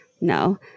No